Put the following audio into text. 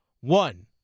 One